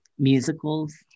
Musicals